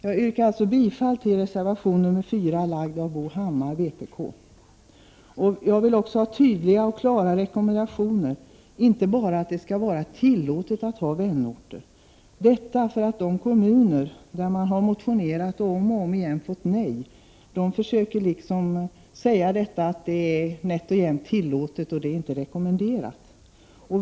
Jag yrkar därför bifall till reservation 4 av Bo Hammar. Jag vill också ha tydliga och klara rekommendationer. Det skall inte bara vara tillåtet att ha vänorter. De kommuner där man har motionerat om saken har om och om igen fått nej. Då har man kommit till uppfattningen att det är nätt och jämnt tillåtet att ha vänorter men inte rekommenderat.